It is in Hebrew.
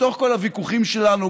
בתוך כל הוויכוחים שלנו,